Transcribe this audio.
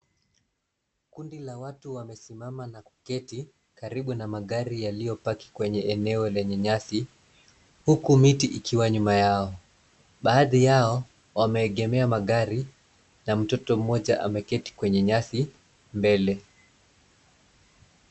Kundi la watu wamesimama na kuketi karibu na magari yaliyopaka kwenye eneo lenye nyasi uku miti ikiwa nyuma yao. Baadhi yao wameegemea magari na mtoto mmoja ameketi kwenye nyasi mbele.